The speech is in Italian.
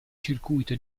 circuito